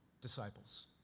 disciples